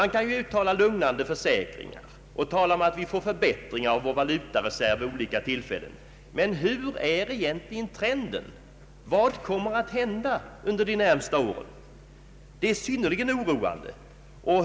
Nu kan ju regeringen uttala lugnande försäkringar om att vi vid olika tillfällen får förbättringar av vår valutareserv. Men hur är egentligen trenden? Vad kommer att hända under de närmaste åren? Läget är synnerligen oroande.